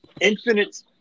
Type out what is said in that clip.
infinite